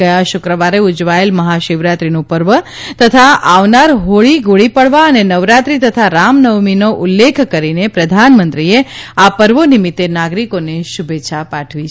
ગયા શુક્રવારે ઉજવાયેલ મહાશિવરાત્રીનું પર્વ તથા આવનાર હોળી ગુડી પડવા અને નવરાત્રી તથા રામ નવમીનો ઉલ્લેખ કરીને પ્રધાનમંત્રીએ આ પર્વો નિમિત્તે નાગરીકોને શુભેચ્છાઓ પાઠવી છે